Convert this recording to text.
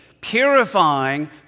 purifying